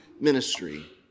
ministry